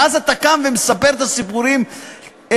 ואז אתה קם ומספר את הסיפורים נגד.